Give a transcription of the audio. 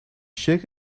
shook